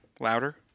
louder